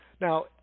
now